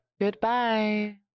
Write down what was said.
goodbye